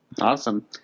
Awesome